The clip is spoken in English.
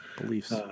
beliefs